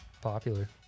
popular